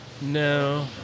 No